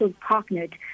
partnered